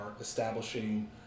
establishing